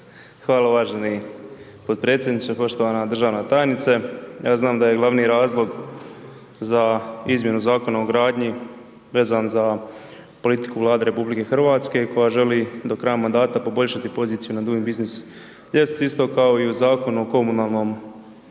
Hvala uvaženi podpredsjedniče, poštovana državna tajnice. Ja znam da je glavni razlog za izmjenu Zakona o gradnji vezan za politiku Vlade Republike Hrvatske koja želi do kraja mandata poboljšati poziciju na doing business ljestvici, kao i u Zakon o komunalnom